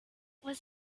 was